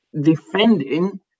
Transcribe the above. defending